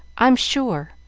i'm sure.